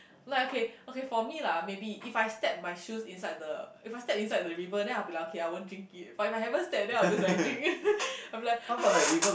like okay okay for me lah maybe if I step my shoes inside the if I step inside the river then I will be like okay I won't drink it but if I haven't step then I will just like drink I will be like ah